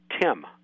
Tim